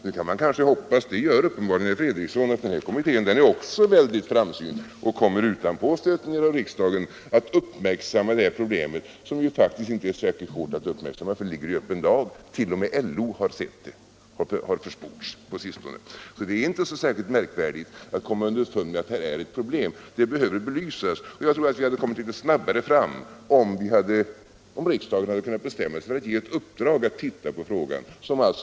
Nu kan man kanske hoppas — och det gör uppenbarligen herr Fredriksson - att denna kommitté också är mycket framsynt och utan påstötningar från riksdagen kommer att uppmärksamma detta problem. Det är ju faktiskt inte särskilt svårt att uppmärksamma eftersom det ligger i öppen dag; t.o.m. LO har sett det, enligt vad som försports på sistone. Det är alltså inte så märkvärdigt att komma underfund med att här finns ett problem. Det behöver belysas, och jag tror att vi hade kommit fram litet snabbare om riksdagen hade kunnat bestämma sig för att ge ett uppdrag att se på frågan.